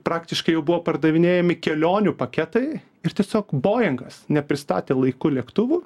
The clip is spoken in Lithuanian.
praktiškai jau buvo pardavinėjami kelionių paketai ir tiesiog boengas nepristatė laiku lėktuvų